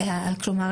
כלומר,